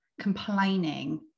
complaining